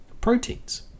proteins